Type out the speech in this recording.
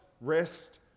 rest